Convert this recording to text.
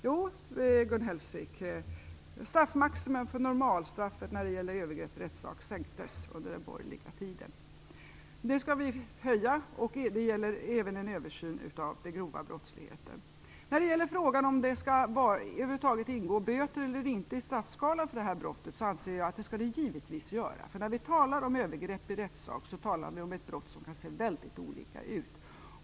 Jo, Gun Hellsvik, straffmaximum för normalstraffet när det gäller övergrepp i rättssak sänktes under den borgerliga tiden. Det skall vi höja. Det gäller även en översyn av den grova brottsligheten. När det gäller frågan om det över huvud taget skall ingå böter i straffskalan för detta brott anser jag att det givetvis skall göra det. När vi talar om övergrepp i rättssak talar vi om ett brott som kan se väldigt olika ut.